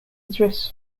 address